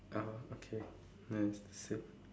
oh okay then same